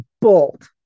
bolt